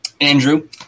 Andrew